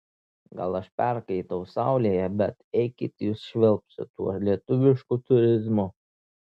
gal aš perkaitau saulėje bet eikit jūs švilpt su tuo lietuvišku turizmu